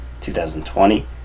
2020